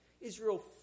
Israel